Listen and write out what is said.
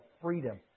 freedom